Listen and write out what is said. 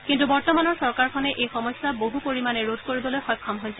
কিন্তু বৰ্তমানৰ চৰকাৰখনে এই সমস্যা বহু পৰিমাণে ৰোধ কৰিবলৈ সক্ষম হৈছে